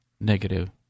negative